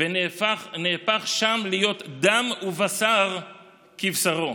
"ונהפך שם להיות דם ובשר כבשרו".